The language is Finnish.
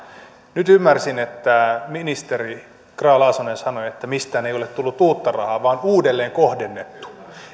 nyt ymmärsin että ministeri grahn laasonen sanoi että mistään ei ole tullut uutta rahaa vaan on uudelleen kohdennettu